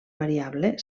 variable